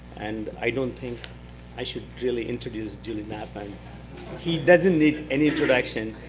and i don't think i should really introduce julie knapp. and he doesn't need any introduction.